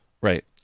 Right